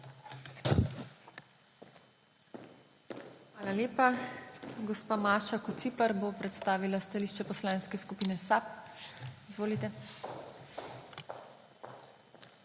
Hvala lepa. Gospa Mateja Udovč bo predstavila stališče Poslanske skupine SMC. Izvolite.